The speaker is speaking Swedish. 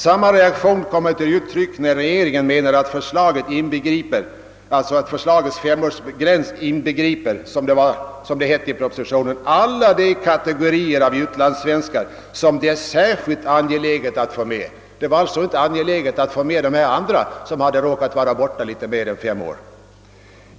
Samma reaktion kommer till uttryck från deras sida när regeringen menar att förslagets femårs gräns inbegriper »alla de kategorier av utlandssvenskar som det är särskilt angeläget att få med». Det skulle således inte vara angeläget att få med de andra som råkat vara borta litet mer än fem år.